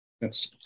Yes